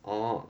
orh